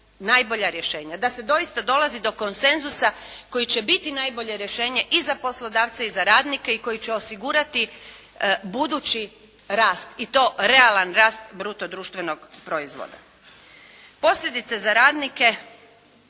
najbolja rješenja. Da se dosita dolazi do konsenzusa koji će biti najbolje rješenje i za poslodavce i za radnike i koji će osigurati budući rast i to realan rast bruto društvenog proizvoda. Posljedice za radnike,